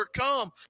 overcome